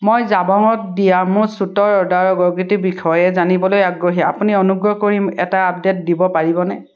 মই জাবঙত দিয়া মোৰ ছ্য়ুটৰ অৰ্ডাৰৰ অগ্ৰগতিৰ বিষয়ে জানিবলৈ আগ্ৰহী আপুনি অনুগ্ৰহ কৰি এটা আপডেট দিব পাৰিবনে